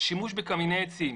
שימוש בקמיני עצים,